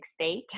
state